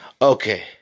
Okay